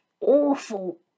awful